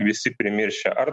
visi primiršę ar